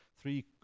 three